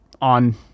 on